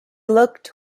looked